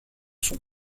son